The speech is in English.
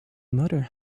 mother